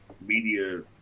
media